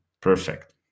perfect